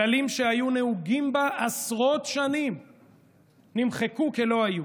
כללים שהיו נהוגים בה עשרות שנים נמחקו כלא היו.